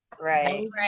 Right